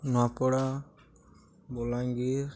Nuapada Balangir